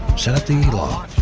set up the e-log,